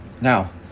Now